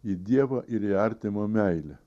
į dievą ir į artimo meilę